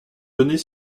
données